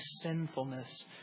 sinfulness